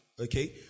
okay